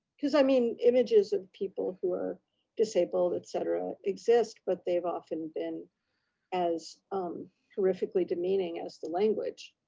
cause i mean, images of people who are disabled, et cetera, exist, but they've often been as horrifically demeaning as the language,